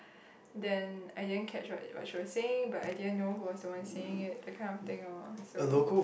then I didn't catch what what she was saying but I didn't know who was the one saying it that kind of thing orh so